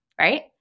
right